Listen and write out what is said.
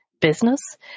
business